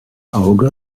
auge